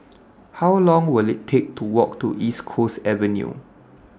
How Long Will IT Take to Walk to East Coast Avenue